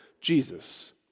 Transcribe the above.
Jesus